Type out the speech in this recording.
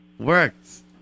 works